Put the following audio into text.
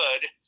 good